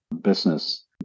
business